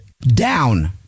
Down